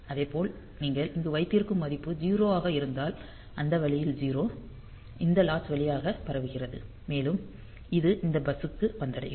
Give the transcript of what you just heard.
அதேபோல் நீங்கள் இங்கு வைத்திருக்கும் மதிப்பு 0 ஆக இருந்தால் அந்த வழியில் 0 இந்த லாட்சு வழியாக பரவுகிறது மேலும் இது இந்த பஸ்ஸுக்கு வந்தடையும்